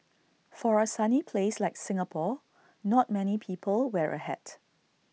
for A sunny place like Singapore not many people wear A hat